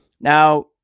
now